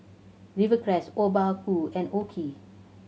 Rivercrest Obaku and OKI